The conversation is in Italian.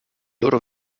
loro